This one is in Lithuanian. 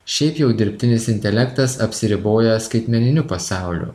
šiaip jau dirbtinis intelektas apsiriboja skaitmeniniu pasauliu